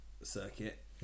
circuit